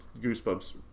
Goosebumps